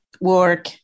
work